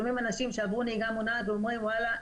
ואנחנו שומעים אנשים שעברו נהיגה מונעת ואומרים: וואלה,